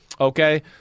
Okay